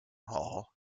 hall